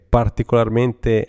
particolarmente